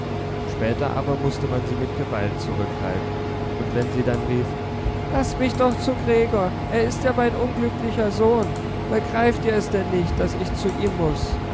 später aber mußte man sie mit gewalt zurückhalten und wenn sie dann rief laßt mich doch zu gregor er ist ja mein unglücklicher sohn begreift ihr es denn nicht daß ich zu ihm muß